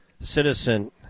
citizen